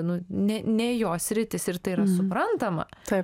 nu ne ne jo sritis ir tai yra suprantama